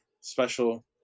special